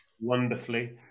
wonderfully